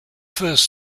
first